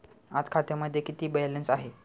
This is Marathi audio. आज खात्यामध्ये किती बॅलन्स आहे?